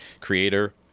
creator